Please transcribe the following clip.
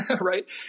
right